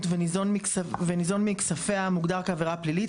וניזון מכספיה המוגדר כעבירה פלילית,